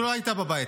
בבית.